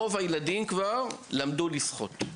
רוב הילדים עד כיתה ה' כבר למדו לשחות.